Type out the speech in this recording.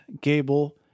Gable